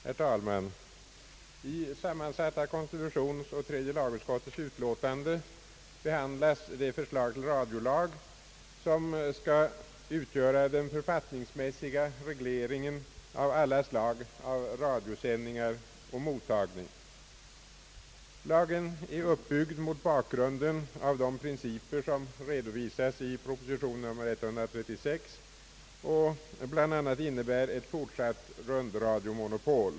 Herr talman! I sammansatta konstitutionsoch tredje lagutskottets utlåtande behandlas det förslag till radiolag som skall utgöra den författningsmässiga regleringen av alla slag av radiosändning och mottagning. Lagen är uppbyggd mot bakgrunden av de principer som redovisas i proposition nr 136 och som bl.a. innebär ett fortsatt rundradiomonopol.